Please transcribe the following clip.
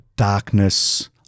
Darkness